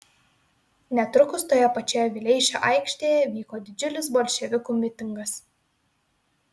netrukus toje pačioje vileišio aikštėje vyko didžiulis bolševikų mitingas